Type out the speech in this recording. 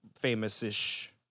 famous-ish